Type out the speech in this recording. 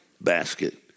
basket